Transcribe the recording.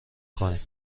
کنیم